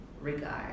regard